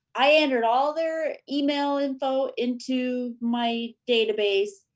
i entered all their email info into my database,